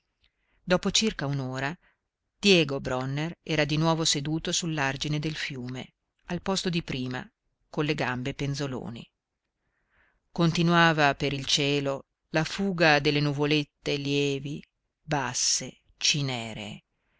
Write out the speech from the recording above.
dopo circa un'ora diego bronner era di nuovo seduto sull'argine del fiume al posto di prima con le gambe penzoloni continuava per il cielo la fuga delle nuvolette lievi basse cineree